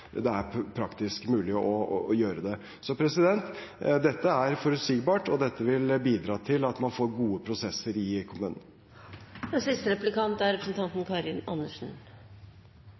det er praktisk mulig å gjøre det. Dette er forutsigbart, og dette vil bidra til at man får gode prosesser i kommunene. To store hovedforskjeller på Høyre og SV er